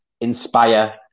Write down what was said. inspire